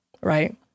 right